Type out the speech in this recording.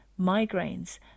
migraines